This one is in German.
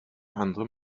andere